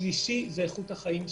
הנושא השלישי הוא איכות החיים שלהם: